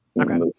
Okay